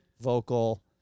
vocal